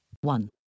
One